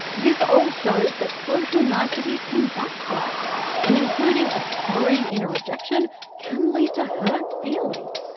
this all shows that social niceties can backfire and including a sorry in a rejection can lead to hurt feelings.